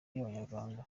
y’abanyarwanda